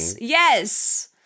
Yes